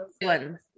one